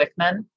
Wickman